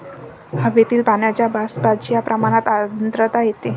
हवेतील पाण्याच्या बाष्पाच्या प्रमाणात आर्द्रता येते